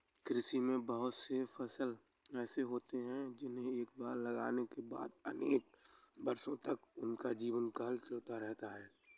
कृषि में बहुत से फसल ऐसे होते हैं जिन्हें एक बार लगाने के बाद अनेक वर्षों तक उनका जीवनकाल चलता रहता है